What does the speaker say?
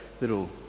little